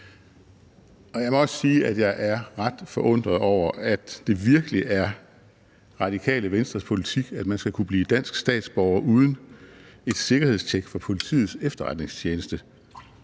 Jeg må også sige, at jeg er ret forundret over, at det virkelig er Det Radikale Venstres politik, at man skal kunne blive dansk statsborger uden et sikkerhedstjek fra Politiets Efterretningstjeneste,